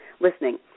listening